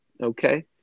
Okay